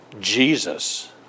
Jesus